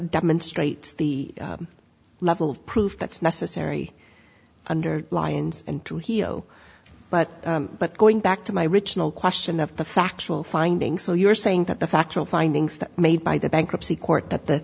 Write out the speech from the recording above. demonstrates the level of proof that's necessary under lions into hero but but going back to my original question of the factual findings so you're saying that the factual findings that made by the bankruptcy court that the